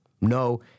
No